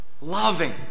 Loving